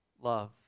love